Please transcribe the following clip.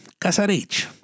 casarich